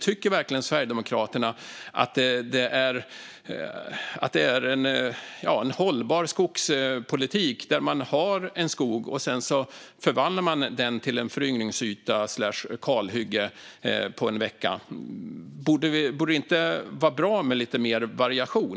Tycker verkligen Sverigedemokraterna att det är en hållbar skogspolitik att ha en skog och sedan förvandla den till en föryngringsyta/kalhygge på en vecka? Borde det inte vara bra med mer variation?